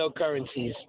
cryptocurrencies